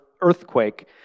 earthquake